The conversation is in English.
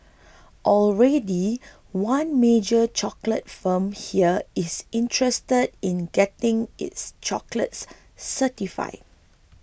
already one major chocolate firm here is interested in getting its chocolates certified